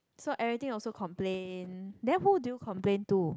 so everything also complain then who do you complain to